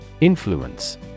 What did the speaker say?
Influence